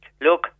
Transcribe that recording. look